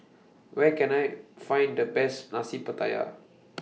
Where Can I Find The Best Nasi Pattaya